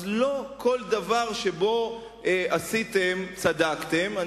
אז לא כל דבר שעשיתם, צדקתם בו.